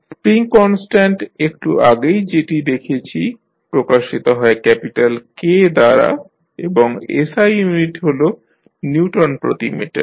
spring constant একটু আগেই যেটি দেখেছি প্রকাশিত হয় ক্যাপিটাল K দ্বারা এবং SI ইউনিট হল নিউটন প্রতি মিটার